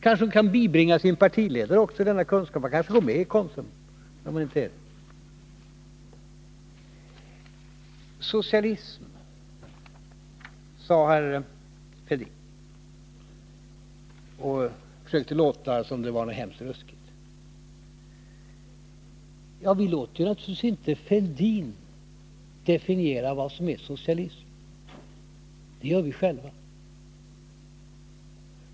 Kanske hon också kan bibringa sin partiledare denna kunskap — han kanske går med i Konsum, om han inte redan är med där. Thorbjörn Fälldin försökte låta som om socialism vore något hemskt ruskigt. Men vi låter naturligtvis inte Thorbjörn Fälldin definiera vad som är socialism, utan det gör vi själva.